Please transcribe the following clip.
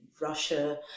Russia